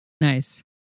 Nice